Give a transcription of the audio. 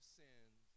sins